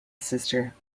sister